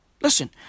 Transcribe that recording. listen